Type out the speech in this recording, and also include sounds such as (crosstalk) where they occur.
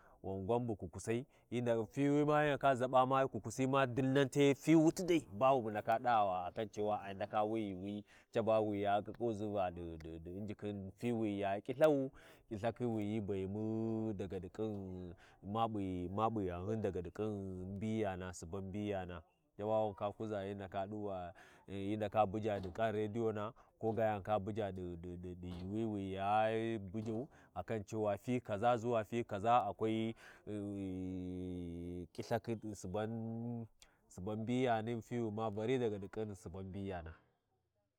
Wan gwan bu kukusai hyindaka fi wuyama hyi nda ʒabama kukusi, dinnan te, fi wuti dai babu bu ndaka ɗama akan cewa ai ndaka wi yuuwi caba wi ya ƙiƙƙuʒi ɗi (hesitation) Injikhin fi wi ya LhiLthau, khiLthakhi wihi Bayinu daga ƙin. map’i, map’i ghanghin daga ɗi ƙin mbiyana, Suban mbiyana, tawa wu ndaka kuʒa hyi ndaka ɗuba hyi ndaka buja ɗi ƙaan radiona, koga ghi ndaka buju ɗi- ɗi- ɗi yuuwi wi ua bujau, akan cewa fi kaʒa-ʒuwa fi kaʒa akwai gh-ghi ƙilthakhi suban suban mbiyani, fiwi ma vari daga ƙin Suban mbiyana.